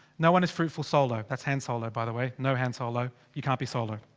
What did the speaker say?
no one is fruitful solo. that's han solo by the way. no han solo, you can't be solo.